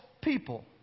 people